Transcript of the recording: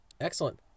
excellent